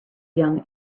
young